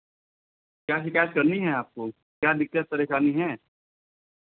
क्या शिकायत करनी है आपको क्या दिक्कत परेशानी है